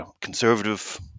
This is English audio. conservative